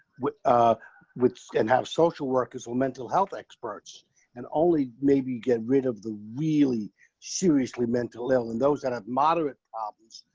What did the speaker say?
with ah with and have social workers will mental health experts and only maybe get rid of the really seriously mentally ill and those that have moderate problems,